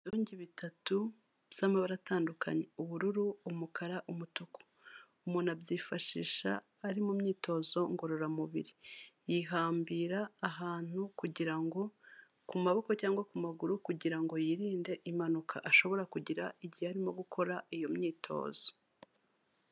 Ibidongi bitatu by'amabara atandukanye ubururu, umukara, umutuku, umuntu abyifashisha ari mu myitozo ngororamubiri, yihambira ahantu kugira ngo ku maboko cyangwa ku maguru kugira ngo yirinde impanuka ashobora kugira igihe arimo gukora iyo myitozo.